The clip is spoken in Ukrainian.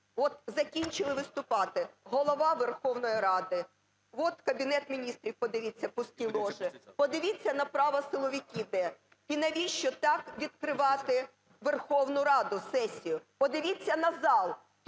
От закінчили виступати Голова Верховної Ради, от Кабінет Міністрів, подивіться – пусті ложі, подивіться направо – силовики де? І навіщо так відкривати Верховну Раду, сесію? Подивіться на зал: